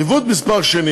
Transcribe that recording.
עיוות שני